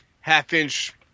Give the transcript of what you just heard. half-inch